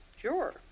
Sure